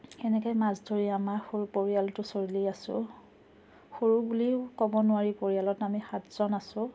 এনেকৈ মাছ ধৰি আমাৰ সৰু পৰিয়ালটো চলি আছো সৰু বুলিও ক'ব নোৱাৰি পৰিয়ালত আমি সাতজন আছো